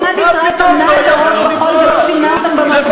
זה שמדינת ישראל טמנה את הראש בחול וסימנה אותם,